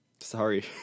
Sorry